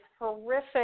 horrific